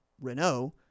Renault